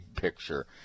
picture